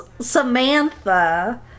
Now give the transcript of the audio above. Samantha